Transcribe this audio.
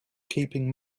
keeping